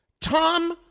Tom